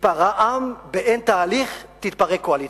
ייפרע עם, באין תהליך תתפרק קואליציה.